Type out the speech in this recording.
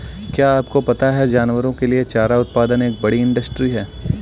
क्या आपको पता है जानवरों के लिए चारा उत्पादन एक बड़ी इंडस्ट्री है?